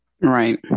Right